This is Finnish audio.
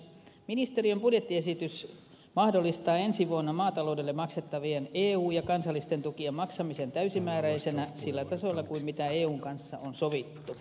ministeriön budjettiesitys mahdollistaa ensi vuonna maataloudelle maksettavien eu ja kansallisten tukien maksamisen täysimääräisenä sillä tasolla kuin mitä eun kanssa on sovittu